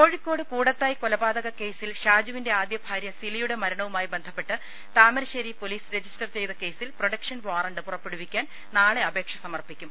കോഴിക്കോട് കൂടത്തായ് കൊലപാതക കേസിൽ ഷാജുവിന്റെ ആദ്യ ഭാര്യ സിലിയുടെ മരണവുമായി ബന്ധപ്പെട്ട് താമരശ്ശേരി പൊലീസ് റജിസ്റ്റർ ചെയ്ത കേസിൽ പ്രൊഡക്ഷൻ വാറണ്ട് പുറപ്പെടുവിപ്പിക്കാൻ നാളെ അപേക്ഷ സമർപ്പിക്കും